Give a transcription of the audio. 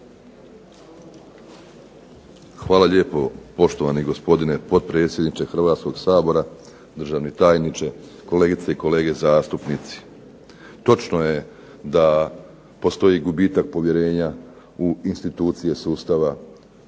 Hvala lijepo poštovani gospodine potpredsjedniče Hrvatskoga sabora, državni tajniče, kolegice i kolege zastupnici. Točno je da postoji gubitak povjerenja u institucije sustava i to je